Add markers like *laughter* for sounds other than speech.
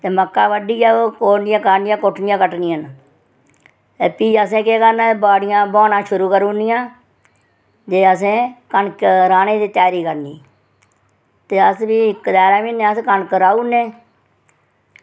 ते मक्कां बड्ढियै ओह् कोड़नियां ते गुड्डनियां न ते प्ही असें केह् करना बाड़ियां बुहानियां शुरू करी ओड़नियां न ते असें कनकै दे राह्ने दी त्यारी करनी ते अस बी *unintelligible* म्हीने अस कनक राही ओड़ने